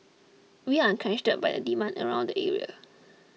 we are encouraged by the demand around the area